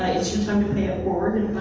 ah it's your time to pay it forward and